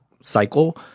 cycle